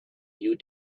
you